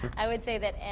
i would say that, and